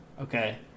Okay